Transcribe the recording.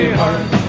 heart